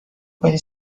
بری